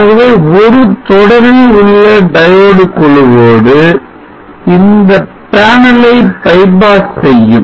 ஆகவே ஒரு தொடரில் உள்ள diode குழுவோடு இந்த பேனலை bypass செய்யும்